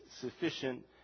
sufficient